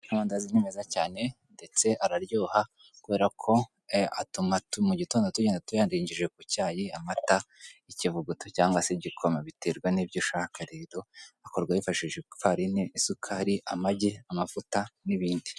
Amandazi ni meza cyane ndetse araryoha kubera ko a mu gitondo tugenda tuyarengeje ku cyayi, amata ikivuguto, cyangwa se igikoma biterwa n'ibyo ushaka, rero akorwa hifashishijwe ifarini, isukari, amagi, amavuta n'ibindi.